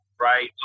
right